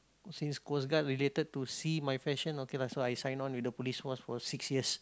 since coast guard related to sea my fashion okay lah so I sign on with the Police Force for six years